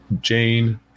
Jane